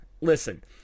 listen